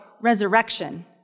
resurrection